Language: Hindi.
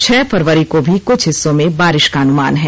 छह फरवरी को भी क्छ हिस्सों में बारिश का अनुमान है